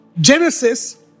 Genesis